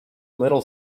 little